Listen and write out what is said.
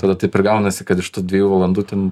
tada taip ir gaunasi kad iš tų dviejų valandų ten